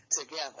together